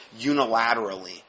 unilaterally